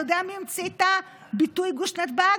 אתה יודע מי המציא את הביטוי "גוש נתב"ג"?